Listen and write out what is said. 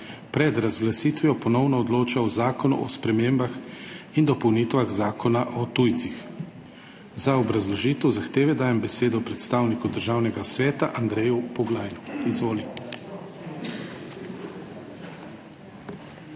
pred razglasitvijo ponovno odloča o Zakonu o spremembah in dopolnitvah Zakona o tujcih. Za obrazložitev zahteve dajem besedo predstavniku Državnega sveta Andreju Poglajnu. Izvoli.